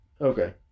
Okay